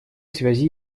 связи